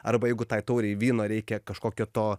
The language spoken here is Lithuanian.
arba jeigu tai taurei vyno reikia kažkokio to